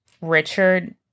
Richard